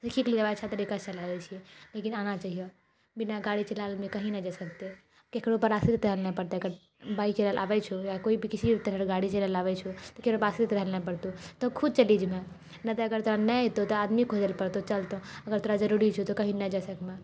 सीखि लेलिऐ अच्छा तरिकासँ चलाबै छिऐ लेकिन आना चाहिए बिना गाड़ी चलाबै कही नहि जा सकते केकरो पर आश्रित रहै लऽ नहि पड़तै अगर बाइक चलाइ आबै छौ कोइ भी किसी भी तरहके गाड़ी चलाबै आबै छौ तऽ केकरो पास भी तोरा जाइ लऽ नहि पड़तौ तो खुद चलि जेमे नहि तऽ आदमीके खोजै पड़तौ चलतो अगर तोरा जरुरी छौ तऽ कही नहि जाइ सकमे